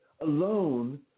alone